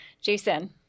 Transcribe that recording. Jason